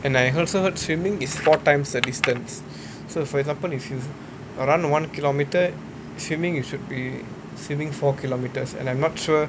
and I also heard swimming is four times the distance so for example if you've run one kilometre swimming you should be swimming four kilometres and I'm not sure